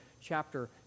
chapter